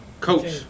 Coach